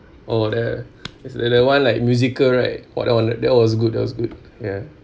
oh the the the one like musical right !wah! that one that was good that was good ya